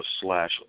slash